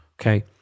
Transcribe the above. Okay